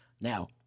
now